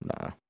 Nah